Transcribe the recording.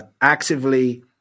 actively